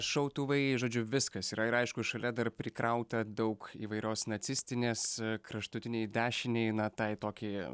šautuvai žodžiu viskas yra ir aišku šalia dar prikrauta daug įvairios nacistinės kraštutinei dešinei na tai tokiai